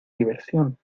diversión